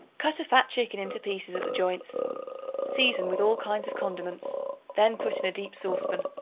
cut a fat chicken into pieces at the joints season with all kinds of condiments then put in a deep saucepan.